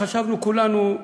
חשבנו כולנו,